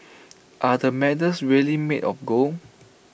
are the medals really made of gold